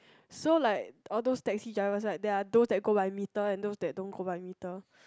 so like all those taxi drivers right they are those that go by meter and those that don't go by meter